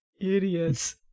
idiots